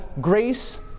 grace